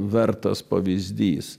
vertas pavyzdys